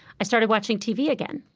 i started watching tv again.